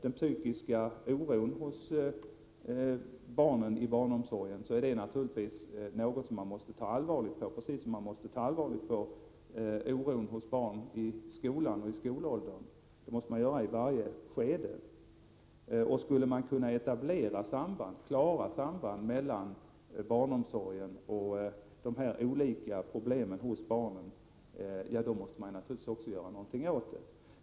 Den psykiska oron hos barn inom barnomsorgen är naturligtvis något som man måste ta allvarligt på, precis som man måste ta allvarligt på oron hos barn i skolåldern — det måste man göra i alla skeden. Skulle klara samband mellan barnomsorg och dessa olika problem bland barnen kunna etableras, måste man naturligtvis också göra någonting åt det.